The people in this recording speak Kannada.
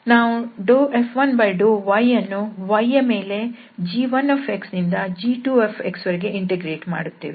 ನಾವು F1∂y ಅನ್ನು y ಯ ಮೇಲೆ g1 ನಿಂದ g2 ವರೆಗೆ ಇಂಟಿಗ್ರೇಟ್ ಮಾಡುತ್ತೇವೆ